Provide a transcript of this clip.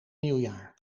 nieuwjaar